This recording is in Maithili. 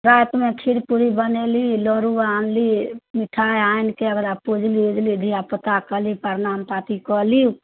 रातिमे खीर पूड़ी बनेली लड्डू आनली मिठाइ आनिकऽ ओकरा पुजली उजली धिआपुताके कहली प्रणाम पाती कऽ ली